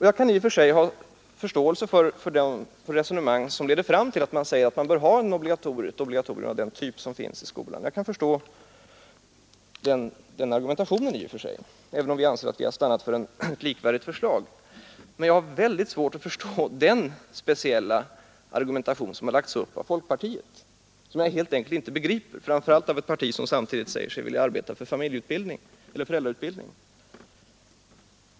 Jag kan i och för sig förstå ett resonemang som leder fram till att man vill ha ett obligatorium av den typ som nu finns i skolan. Jag kan förstå den argumentationen, även om vi anser att vi har stannat för ett likvärdigt förslag. Men jag har väldigt svårt att förstå den speciella argumentation som har lagts upp av folkpartiet. Den begriper jag helt enkelt inte — i synnerhet som den framförs av ett parti som säger sig vilja arbeta för föräldrautbildning.